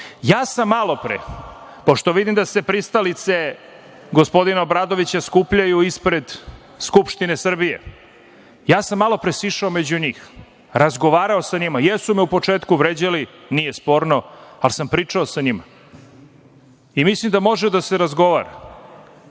sam, pošto vidim da se pristalice gospodina Obradovića skupljaju ispred Skupštine Srbije, sišao među njih. Razgovarao sam sa njima. Jesu me u početku vređali, nije sporno, ali sam pričao sa njima. Mislim da može da se razgovara.